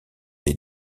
des